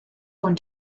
und